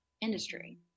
industry